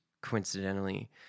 coincidentally